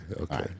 okay